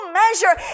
measure